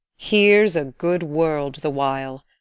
here's a good world the while!